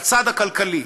בצד הכלכלי.